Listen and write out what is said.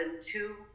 two